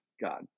god